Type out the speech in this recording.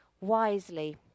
wisely